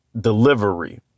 delivery